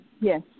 Yes